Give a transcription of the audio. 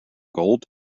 gold